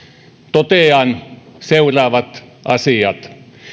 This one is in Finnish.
totean seuraavat asiat